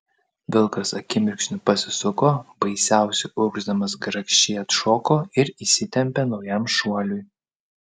vilkas akimirksniu pasisuko baisiausiai urgzdamas grakščiai atšoko ir įsitempė naujam šuoliui